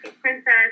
Princess